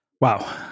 Wow